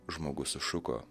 žmogus sušuko